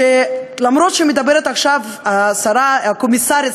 שגם אם מדברת עכשיו השרה הקומיסרית,